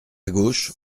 gauche